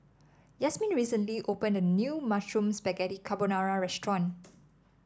Yazmin recently opened a new Mushroom Spaghetti Carbonara Restaurant